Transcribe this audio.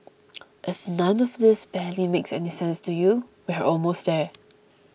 if none of this barely makes any sense to you we're almost there